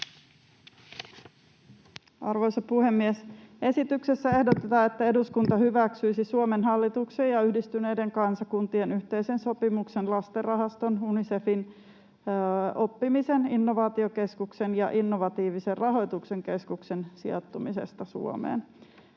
Arvoisa puhemies! Esityksessä ehdotetaan, että eduskunta hyväksyisi Suomen hallituksen ja Yhdistyneiden kansakuntien yhteisen sopimuksen lastenrahaston Unicefin oppimisen innovaatiokeskuksen ja innovatiivisen rahoituksen keskuksen sijoittumisesta Suomeen.